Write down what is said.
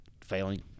failing